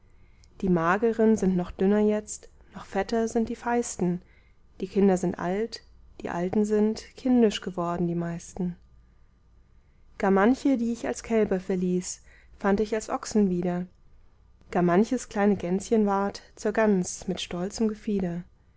die mageren sind noch dünner jetzt noch fetter sind die feisten die kinder sind alt die alten sind kindisch geworden die meisten gar manche die ich als kälber verließ fand ich als ochsen wieder gar manches kleine gänschen ward zur gans mit stolzem gefieder